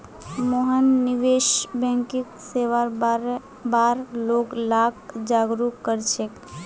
मोहन निवेश बैंकिंग सेवार बार लोग लाक जागरूक कर छेक